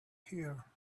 here